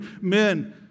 Men